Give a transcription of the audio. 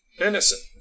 Innocent